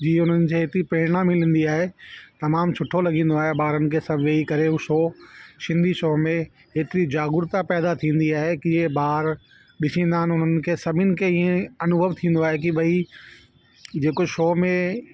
जीअं हुननि जी एतिरी प्रेरणा मिलंदी आहे तमामु सुठो लगंदो आहे ॿारनि खे सभ वेई करे हू शो सिंधी शो में एतिरी जागरूकता पैदा थींदी आहे की ही ॿार ॾिसंदा आहिनि उन्हनि खे सभनी खे इहा अनुभव थींदो आहे की भई जेको शो में